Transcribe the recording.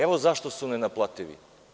Evo, zašto su nenaplativi?